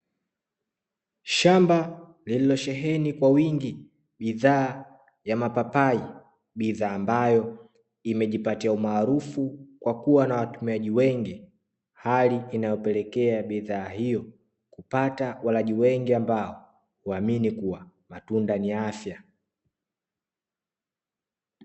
Shamba lililosheheni kwa wingi bidhaa ya mapapai. Bidhaa ambayo imejipatia umaarufu kwa kuwa na watumiaji wengi. Hali inayopelekea bidhaa hiyo kupata walaji wengi ambao huamini kuwa matunda ni afya.